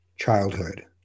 Childhood